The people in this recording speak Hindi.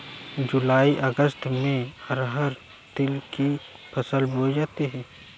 जूलाई अगस्त में अरहर तिल की फसल बोई जाती हैं